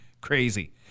crazy